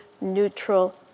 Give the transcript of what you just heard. neutral